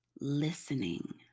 listening